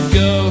go